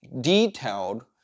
detailed